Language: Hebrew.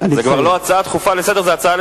זו כבר לא הצעה דחופה לסדר,